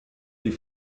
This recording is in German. die